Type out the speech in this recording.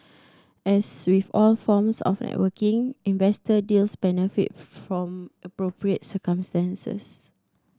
as with all forms of networking investor deals benefit from appropriate circumstances